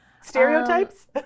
Stereotypes